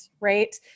right